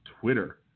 Twitter